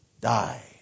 die